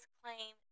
claim